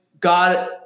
God